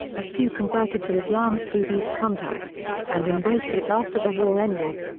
a few converted to islam through these contacts, and embraced it after the war ended.